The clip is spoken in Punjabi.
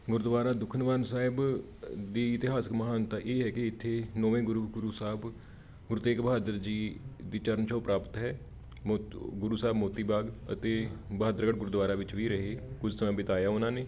ਗੁਰਦੁਆਰਾ ਦੂਖਨਿਵਾਰਨ ਸਾਹਿਬ ਦੀ ਇਤਿਹਾਸਿਕ ਮਹਾਨਤਾ ਇਹ ਹੈ ਕਿ ਇੱਥੇ ਨੌਵੇਂ ਗੁਰੂ ਗੁਰੂ ਸਾਹਿਬ ਗੁਰੂ ਤੇਗ ਬਹਾਦਰ ਜੀ ਦੀ ਚਰਨ ਛੋਹ ਪ੍ਰਾਪਤ ਹੈ ਮੋਤ ਗੁਰੂ ਸਾਹਿਬ ਮੋਤੀ ਬਾਗ ਅਤੇ ਬਹਾਦਰਗੜ੍ਹ ਗੁਰਦੁਵਾਰਿਆਂ ਵਿੱਚ ਵੀ ਰਹੇ ਕੁਝ ਸਮਾਂ ਬਿਤਾਇਆ ਉਹਨਾਂ ਨੇ